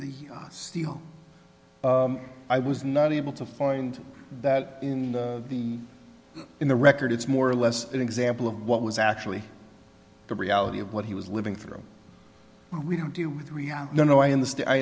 the steal i was not able to find that in the in the record it's more or less an example of what was actually the reality of what he was living through we don't do with reality you know i understand i